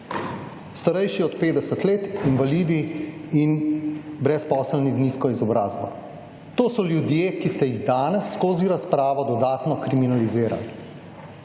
Starejši od 50 let, invalidi in brezposelni z nizko izobrazbo. To so ljudje, ki ste jih danes skozi razpravo dodatno kriminalizirali.